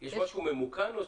יש משהו משהו מקוון?